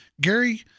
Gary